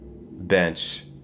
bench